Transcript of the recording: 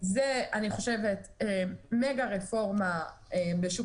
וזה אני חושבת שזאת מגה רפורמה בשוק